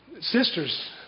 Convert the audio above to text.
sisters